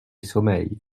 sommeil